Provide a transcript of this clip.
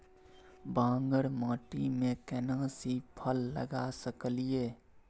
बांगर माटी में केना सी फल लगा सकलिए?